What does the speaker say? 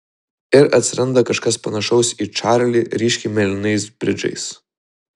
ir atsiranda kažkas panašaus į čarlį ryškiai mėlynais bridžais